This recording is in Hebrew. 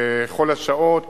בכל השעות